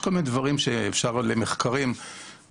יש כל מיני דברים שאפשר במחקרים לדעת